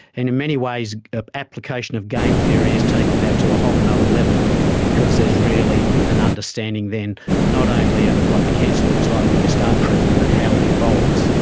and in many ways an application of game theory is taking that to a whole and other level because there's really an understanding then not only of what the cancer looks like when you start treatment but how it evolves,